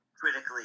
critically